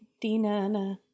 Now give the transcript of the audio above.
Dina-na